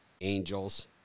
Angels